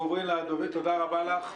תודה רבה לך.